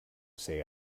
say